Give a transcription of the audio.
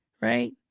right